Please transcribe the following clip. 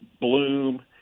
bloom